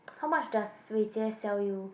how much does Wei-Jie sell you